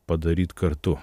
padaryt kartu ką ir vėliau